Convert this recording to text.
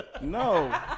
No